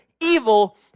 evil